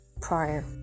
prior